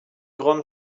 grande